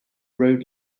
road